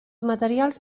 materials